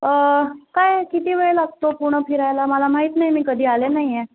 काय किती वेळ लागतो पुणं फिरायला मला माहीत नाही मी कधी आले नाही आहे